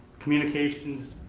communications,